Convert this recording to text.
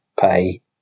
pay